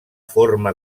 forma